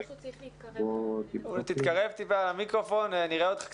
שתיכף נדבר עליהם,